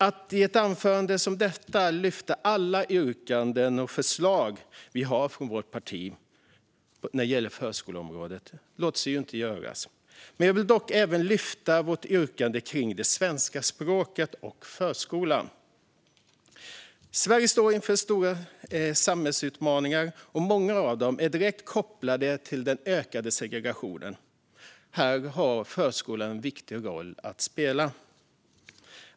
Att i ett anförande lyfta upp alla våra förslag på förskoleområdet låter sig inte göras. Jag vill dock lyfta upp det om svenska språket i förskolan. Sverige står inför stora samhällsutmaningar, och många av dem är direkt kopplade till den ökande segregationen. Här har förskolan en viktig roll att spela.